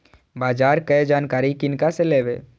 बाजार कै जानकारी किनका से लेवे?